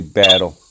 battle